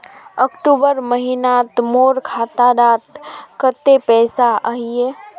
अक्टूबर महीनात मोर खाता डात कत्ते पैसा अहिये?